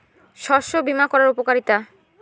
শস্য বিমা করার উপকারীতা?